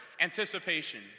anticipation